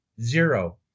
Zero